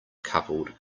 coupled